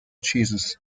cheeses